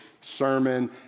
sermon